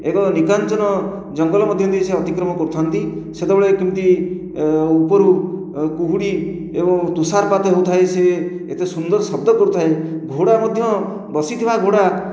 ଏକ ନିକାଞ୍ଚନ ଜଙ୍ଗଲ ମଧ୍ୟ ଦେଇ ସେ ଅତିକ୍ରମ କରୁଥାନ୍ତି ସେତେବେଳେ କେମିତି ଉପରୁ କୁହୁଡ଼ି ଏବଂ ତୁଷାରପାତ ହେଉଥାଏ ସେ ଏତେ ସୁନ୍ଦର ଶବ୍ଦ କରୁଥାଏ ଘୋଡ଼ା ମଧ୍ୟ ବସିଥିବା ଘୋଡ଼ା